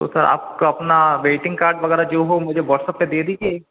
तो सर आप तो अपना वेटिंग कार्ड वग़ैरह जो हो मुझे वॉट्सअप पर दे दीजिए